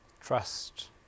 trust